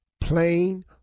Plain